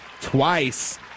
twice